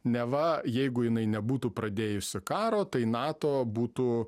neva jeigu jinai nebūtų pradėjusi karo tai nato būtų